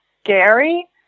scary